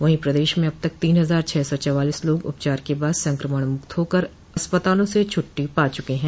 वहीं प्रदेश में अब तक तीन हजार छह सौ चौवालीस लोग उपचार के बाद संक्रमण मुक्त होकर अस्पतालों से छुट्टी पा चुके हैं